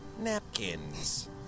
napkins